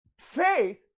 Faith